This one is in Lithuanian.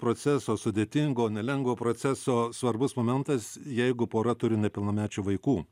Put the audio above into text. proceso sudėtingo nelengvo proceso svarbus momentas jeigu pora turi nepilnamečių vaikų